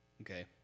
Okay